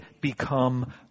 become